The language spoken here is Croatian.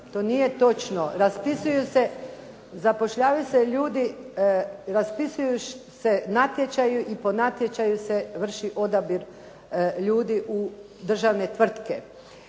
se ljudi, raspisuju se natječaji i po natječaju se vrši odabir ljudi u državne tvrtke.